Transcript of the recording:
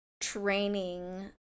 training